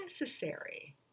necessary